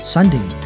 Sunday